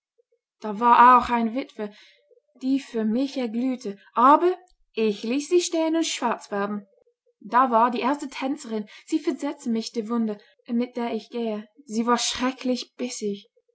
da war auch eine witwe die für mich erglühte aber ich ließ sie stehen und schwarz werden da war die erste tänzerin sie versetzte mir die wunde mit der ich gehe sie war schrecklich bissig